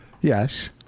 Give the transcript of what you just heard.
Yes